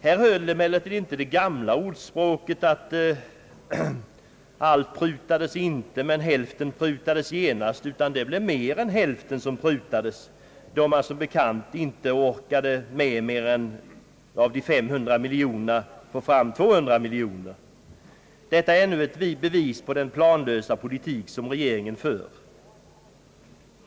Här höll emellertid inte det gamla ordspråket att allt prutades inte men hälften prutades genast, utan det blev mer än hälften som prutades, då man som bekant av de omtalade 500 miljonerna inte orkar få fram mer än 200 miljoner. Detta är ännu ett bevis på den planlösa politik som regeringen för.